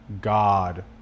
God